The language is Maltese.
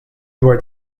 dwar